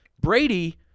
Brady